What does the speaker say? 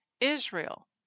Israel